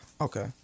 Okay